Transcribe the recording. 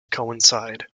coincide